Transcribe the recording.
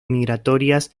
migratorias